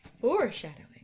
Foreshadowing